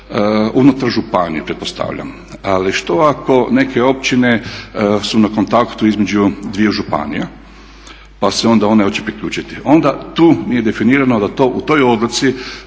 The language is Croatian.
unutar županije pretpostavljam. Ali što ako neke općine su na kontaktu između dviju županija pa se onda one hoće priključiti? Onda tu je definirano da to u toj odluci